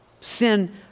Sin